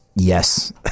Yes